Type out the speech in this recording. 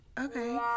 Okay